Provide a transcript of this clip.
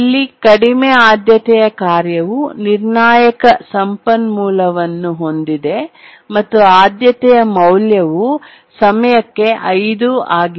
ಇಲ್ಲಿ ಕಡಿಮೆ ಆದ್ಯತೆಯ ಕಾರ್ಯವು ನಿರ್ಣಾಯಕ ಸಂಪನ್ಮೂಲವನ್ನು ಹೊಂದಿದೆ ಮತ್ತು ಆದ್ಯತೆಯ ಮೌಲ್ಯವು ಸಮಯಕ್ಕೆ 5 ಆಗಿದೆ